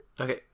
okay